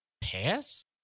pass